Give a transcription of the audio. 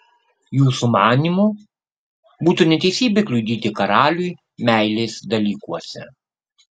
jūsų manymu būtų neteisybė kliudyti karaliui meilės dalykuose